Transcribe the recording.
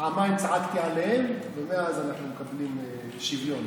פעמיים צעקתי עליהם ומאז אנחנו מקבלים שוויון.